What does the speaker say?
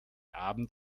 abend